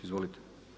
Izvolite.